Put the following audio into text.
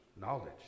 knowledge